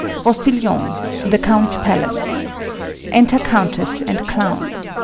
rousillon. the count's palace enter countess and clown